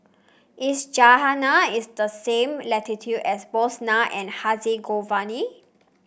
is Ghana is the same latitude as Bosnia and Herzegovina